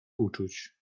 uczuć